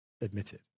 admitted